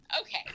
Okay